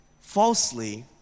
falsely